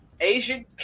Asian